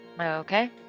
Okay